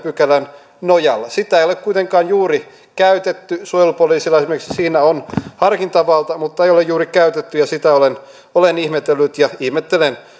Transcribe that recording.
pykälän nojalla sitä ei ole kuitenkaan juuri käytetty suojelupoliisilla esimerkiksi siinä on harkintavalta mutta sitä ei ole juuri käytetty ja sitä olen olen ihmetellyt ja ihmettelen